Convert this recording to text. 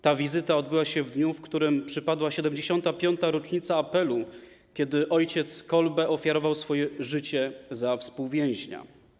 Ta wizyta odbyła się w dniu, w którym przypadła 75. rocznica apelu, kiedy o. Kolbe ofiarował swoje życie za współwięźnia.